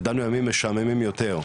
ידענו ימים משעממים יותר.